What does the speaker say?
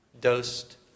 Dosed